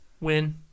Win